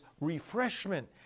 refreshment